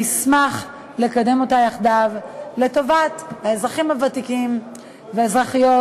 שנשמח לקדם אותה יחדיו לטובת האזרחים הוותיקים והאזרחיות